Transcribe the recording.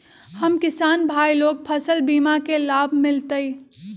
हम किसान भाई लोग फसल बीमा के लाभ मिलतई?